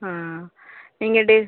ஆ நீங்கள் டேஸ்